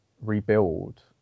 rebuild